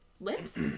Lips